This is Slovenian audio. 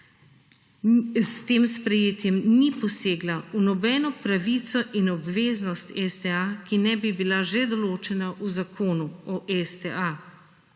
s tem sprejetim ni posegla v nobeno pravico in obveznost STA, ki ne bi bila že določena v zakonu o STA